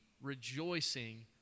rejoicing